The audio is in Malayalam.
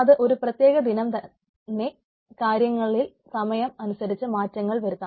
അത് ഒരു പ്രത്യേക ദിവസം തന്നെ കാര്യങ്ങളിൽ സമയം അനുസരിച്ച് മാറ്റങ്ങൾ വരുത്താം